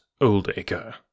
Oldacre